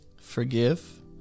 Forgive